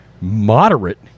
moderate